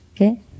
okay